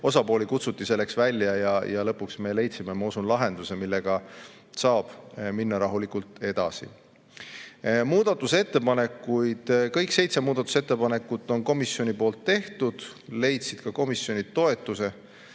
osapooli kutsuti selleks välja ja lõpuks me leidsime, ma usun, lahenduse, millega saab minna rahulikult edasi. Muudatusettepanekud. Kõik seitse muudatusettepanekut on komisjoni tehtud, need leidsid ka komisjoni toetuse,